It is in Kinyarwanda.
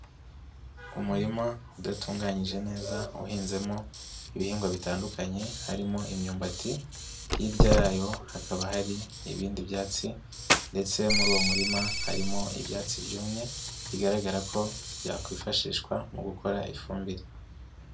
Umurima udatunganyije neza uhinzemo ibihingwa bitandukanye, harimo imyumbati hirya yayo hakaba hari ibindi byatsi ndetse muri uwo murima harimo ibyatsi byumye, bigaragara ko byakwifashishwa mu gukora ifumbire.